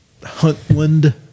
Huntland